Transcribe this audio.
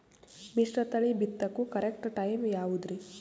ಮಿಶ್ರತಳಿ ಬಿತ್ತಕು correct time ಯಾವುದರಿ?